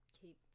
keep